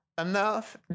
enough